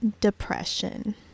depression